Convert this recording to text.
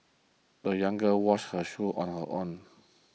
the young girl washed her shoes on her own